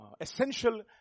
essential